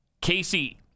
Casey